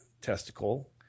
testicle